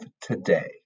today